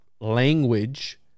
language